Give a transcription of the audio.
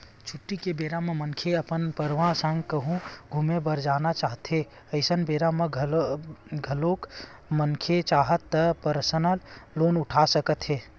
छुट्टी के बेरा म मनखे अपन परवार संग कहूँ घूमे बर जाना चाहथें अइसन बेरा म घलोक मनखे चाहय त परसनल लोन उठा सकत हे